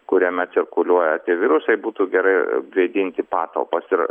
kuriame cirkuliuoja tie virusai būtų gerai vėdinti patalpas ir